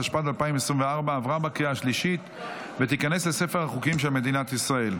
התשפ"ד 2024 עברה בקריאה השלישית ותיכנס לספר החוקים של מדינת ישראל.